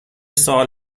سوال